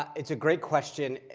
it's a great question.